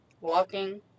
walking